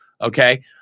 Okay